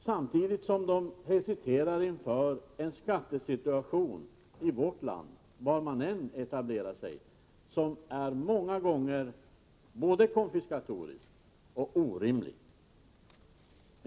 Samtidigt hesiterar de inför en skattesituation i vårt land som, var de än etablerar sig, många gånger är både konfiskatorisk och orimlig.